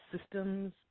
systems